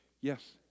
yes